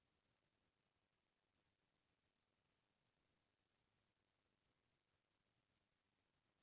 कतको मनसे मन जादा अंते तंते निवेस करई के चक्कर म बुड़ गए हे